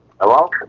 Hello